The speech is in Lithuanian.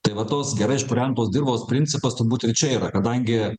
tai vat tos gerai išpurentos dirvos principas turbūt ir čia yra kadangi